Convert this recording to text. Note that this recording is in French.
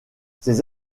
ses